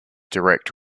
direct